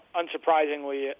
unsurprisingly